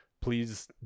please